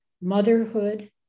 motherhood